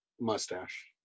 Mustache